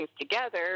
together